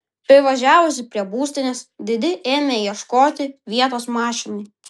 privažiavusi prie būstinės didi ėmė ieškoti vietos mašinai